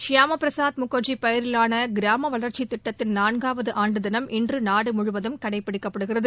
ஷியாமா பிரசாத் முகா்ஜி பெயரிலான கிராம வளா்ச்சித் திட்டத்தின் நான்காவது ஆண்டு தினம் இன்று நாடு முழுவதும் கடைபிடிக்கப்படுகிறது